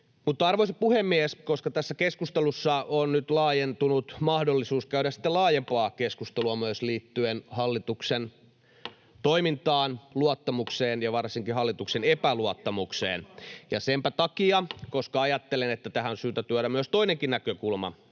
Arvoisa puhemies! Koska tässä keskustelussa on nyt mahdollisuus käydä laajempaa keskustelua myös liittyen hallituksen toimintaan, luottamukseen ja varsinkin hallituksen epäluottamukseen, niin senpä takia, ja koska ajattelen, että tähän on syytä tuoda toinenkin näkökulma